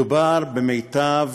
מדובר במיטב,